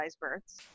births